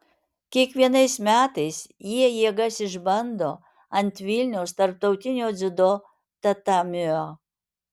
kiekvienais metais jie jėgas išbando ant vilniaus tarptautinio dziudo tatamio